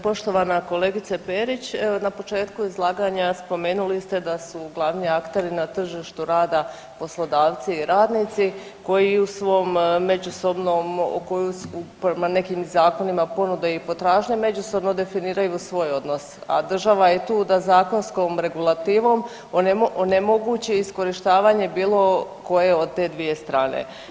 Poštovana kolegice Perić evo na početku izlaganja spomenuli ste da su glavni akteri na tržištu rada poslodavci i radnici koji i u svom međusobnom, prema nekim zakonima ponude i potražnje međusobno definiraju svoj odnos, a država je tu da zakonskom regulativom onemogući iskorištavanje bilo koje od te dvije strane.